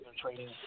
training